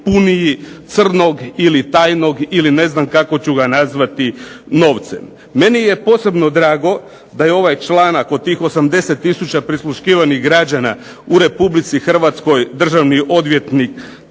puniji crnog ili tajnog ili ne znam kako ću ga nazvati novcem. Meni je posebno drago da je ovaj članak od tih 80000 prisluškivanih građana u Republici Hrvatskoj državni odvjetnik